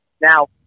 Now